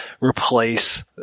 replace